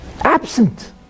Absent